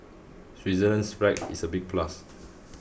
Switzerland's flag is a big plus